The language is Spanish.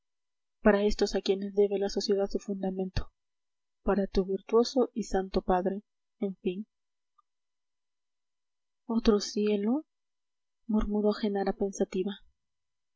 para estos a quienes debe la sociedad su fundamento para tu virtuoso y santo padre en fin otro cielo murmuró genara pensativa